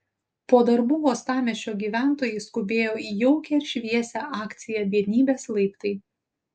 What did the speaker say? po darbų uostamiesčio gyventojai skubėjo į jaukią ir šviesią akciją vienybės laiptai